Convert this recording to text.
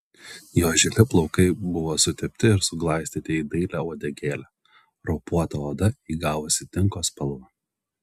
jo žili plaukai buvo sutepti ir suglaistyti į dailią uodegėlę raupuota oda įgavusi tinko spalvą